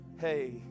Hey